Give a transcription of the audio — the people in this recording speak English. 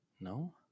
No